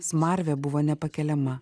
smarvė buvo nepakeliama